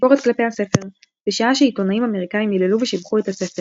ביקורת כלפי הספר בשעה שעיתונאים אמריקאים היללו ושיבחו את הספר,